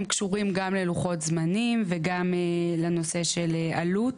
קשורים גם ללוחות זמנים וגם לנושא של עלות.